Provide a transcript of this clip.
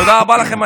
תודה רבה לכם.